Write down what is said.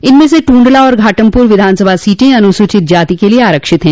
इनमें से टूंडला और घाटमपुर विधानसभा सीटें अनुसूचित जाति के लिये आरक्षित है